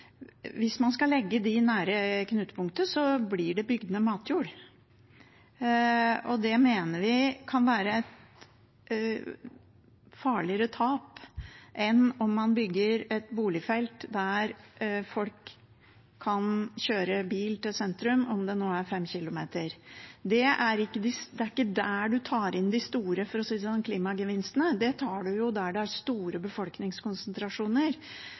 skal legge dem nær knutepunktet, blir det bygd ned matjord. Det mener vi kan være et farligere tap enn om man bygger et boligfelt der folk kan kjøre bil til sentrum, om det nå er 5 km. Det er ikke der man tar inn de store klimagevinstene, for å si det sånn. Dem tar man der det er store befolkningskonsentrasjoner,